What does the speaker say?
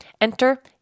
enter